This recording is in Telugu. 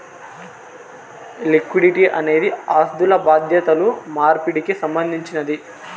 లిక్విడిటీ అనేది ఆస్థులు బాధ్యతలు మార్పిడికి సంబంధించినది